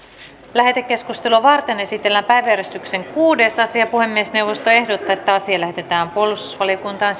lähetekeskustelua varten esitellään päiväjärjestyksen kuudes asia puhemiesneuvosto ehdottaa että asia lähetetään puolustusvaliokuntaan